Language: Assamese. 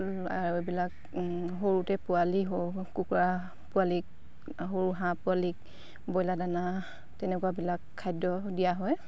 আৰু এইবিলাক সৰুতে পোৱালি কুকুৰা পোৱালিক সৰু হাঁহ পোৱালিক ব্ৰইলাৰ দানা তেনেকুৱাবিলাক খাদ্য দিয়া হয়